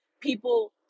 people